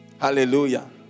Hallelujah